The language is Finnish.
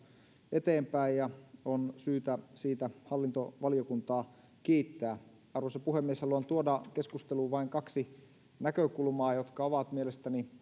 eteenpäin ja on syytä siitä hallintovaliokuntaa kiittää arvoisa puhemies haluan tuoda keskusteluun vain kaksi näkökulmaa jotka ovat mielestäni